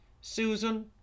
Susan